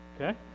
Okay